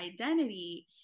identity